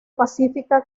pacífica